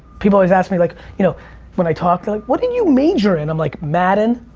people always ask me like you know when i talk, like what did you major in? i'm like, madden.